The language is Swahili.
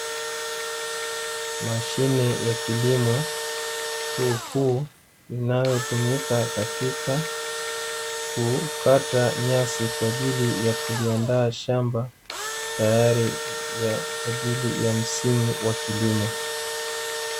Mashine ya kilimo kuu kuu inayotumika katika kukata nyasi kwa ajili ya kuandaa shamba tayari kwa ajili ya msimu wa kilimo.